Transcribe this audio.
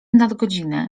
nadgodziny